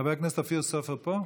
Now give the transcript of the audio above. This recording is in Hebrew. חבר הכנסת אופיר סופר פה?